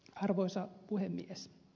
arvoisa puhemies